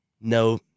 no